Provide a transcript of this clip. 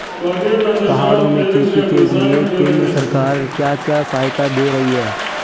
पहाड़ों में खेती के लिए केंद्र सरकार क्या क्या सहायता दें रही है?